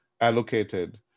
allocated